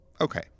okay